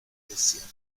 desierto